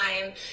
time